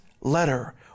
letter